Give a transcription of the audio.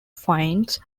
finds